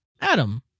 Adam